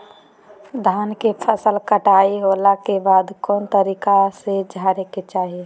धान के फसल कटाई होला के बाद कौन तरीका से झारे के चाहि?